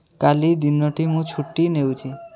କାଲି ଦିନଟି ମୁଁ ଛୁଟି ନେଉଛି